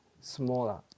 smaller